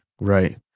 Right